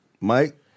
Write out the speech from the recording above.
Mike